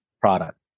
product